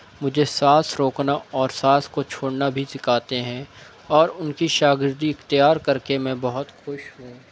مجھے سانس روکنا اور سانس کو چھوڑنا بھی سکاتے ہیں اور ان کی شاگردی اخیتار کر کے میں بہت خوش ہوں